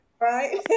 right